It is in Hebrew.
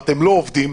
אתם לא עובדים?